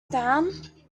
down